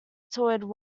toured